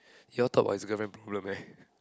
you all talk about his girlfriend problem eh